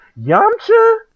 Yamcha